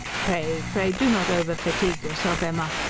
pray, pray, do not overfatigue yourself, emma!